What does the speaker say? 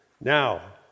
Now